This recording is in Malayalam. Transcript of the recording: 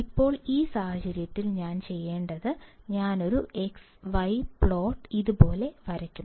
ഇപ്പോൾ ഈ സാഹചര്യത്തിൽ ഞാൻ ചെയ്യേണ്ടത് ഞാൻ ഒരു x y പ്ലോട്ട് ഇതുപോലെ വരയ്ക്കും